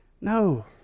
No